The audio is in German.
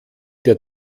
der